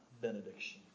benediction